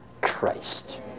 Christ